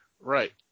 Right